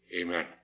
Amen